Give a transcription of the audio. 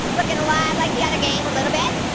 is looking a lot like the other game, a little bit.